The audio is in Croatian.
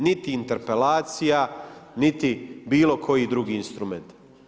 Niti interpelacija, niti bilo koji drugi instrument.